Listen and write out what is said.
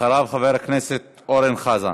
אחריו, חבר הכנסת אורן חזן.